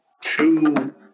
two